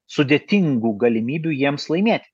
sudėtingų galimybių jiems laimėti